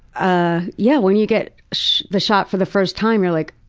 ah yeah when you get the shot for the first time, you're like,